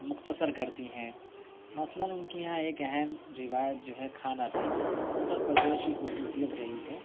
مختصر کرتی ہیں مثلاََ ان کے یہاں ایک اہم روایت جو ہے کھانا پینا ہے اُتّر پردیش کی خصوصیت رہی ہے